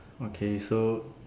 okay so